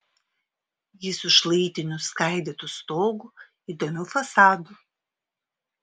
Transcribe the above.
jis su šlaitiniu skaidytu stogu įdomiu fasadu